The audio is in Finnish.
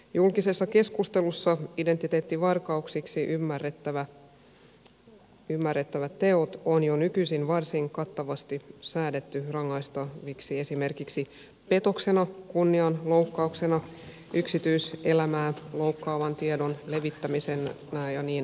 julkisessa keskustelussa identiteettivarkauksiksi ymmärrettävät teot on jo nykyisin varsin kattavasti säädetty rangaistaviksi esimerkiksi petoksena kunnianloukkauksena yksityiselämää loukkaavan tiedon levittämisenä ja niin edelleen